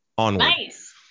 Nice